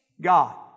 God